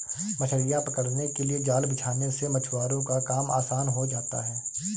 मछलियां पकड़ने के लिए जाल बिछाने से मछुआरों का काम आसान हो जाता है